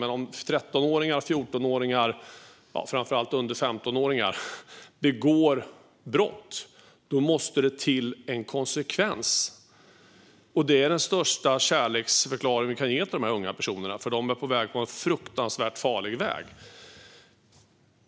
Men om 13 och 14-åringar - framför allt personer under 15 år - begår brott måste det till en konsekvens. Det är den största kärleksförklaring som vi kan ge till dessa unga personer, eftersom de befinner sig på en fruktansvärt farlig väg.